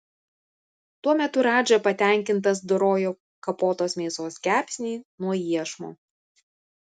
tuo metu radža patenkintas dorojo kapotos mėsos kepsnį nuo iešmo